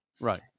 right